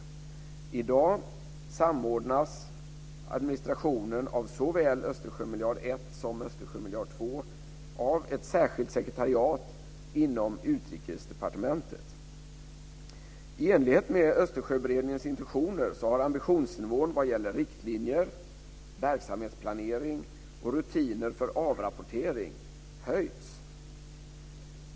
I dag samordnas administrationen av såväl Östersjömiljard 1 I enlighet med Östersjöberedningens intentioner har ambitionsnivån vad gäller riktlinjer, verksamhetsplanering och rutiner för avrapportering höjts.